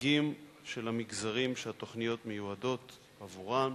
נציגים של המגזרים שהתוכניות מיועדות עבורם,